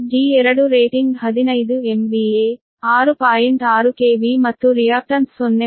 6 KV ಮತ್ತು reactance 0